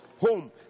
home